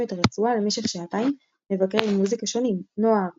הרצועה השנייה נקראה "הקצה" עם נדב